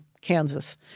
Kansas